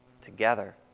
together